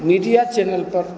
media channel पर